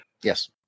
Yes